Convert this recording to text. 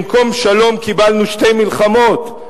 במקום שלום קיבלנו שתי מלחמות?